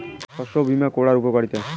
শস্য বিমা করার উপকারীতা?